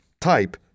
type